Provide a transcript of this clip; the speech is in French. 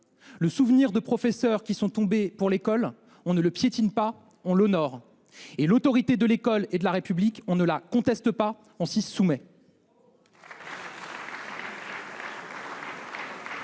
le souvenir de professeurs qui sont tombés pour l’école, on ne le piétine pas, on l’honore ; l’autorité de l’école et de la République, on ne la conteste pas, on s’y soumet.